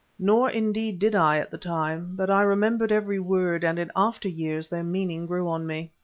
nor, indeed, did i at the time, but i remembered every word, and in after years their meaning grew on me.